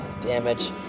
damage